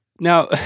Now